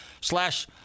slash